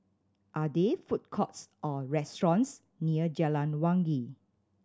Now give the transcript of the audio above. are there food courts or restaurants near Jalan Wangi